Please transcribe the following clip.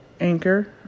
Anchor